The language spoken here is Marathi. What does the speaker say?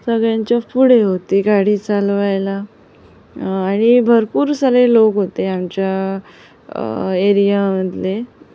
सगळ्यांच्या पुढे होते गाडी चालवायला आणि भरपूर सगळे लोक होते आमच्या एरियामधले